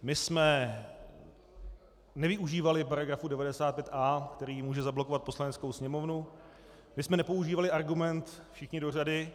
My jsme nevyužívali § 95a , který může zablokovat Poslaneckou sněmovnu, my jsme nepoužívali argument všichni do řady.